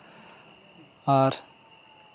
ᱟᱨ